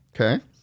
Okay